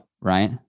Right